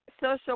social